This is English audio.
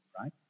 right